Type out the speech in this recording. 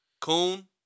Coon